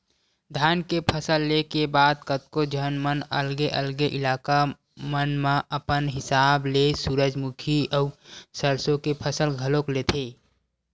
धान के फसल ले के बाद कतको झन मन अलगे अलगे इलाका मन म अपन हिसाब ले सूरजमुखी अउ सरसो के फसल घलोक लेथे